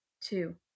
Two